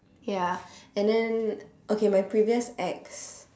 ya and then okay my previous ex